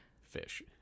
Fish